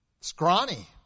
scrawny